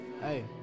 Hey